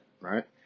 right